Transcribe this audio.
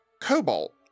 Cobalt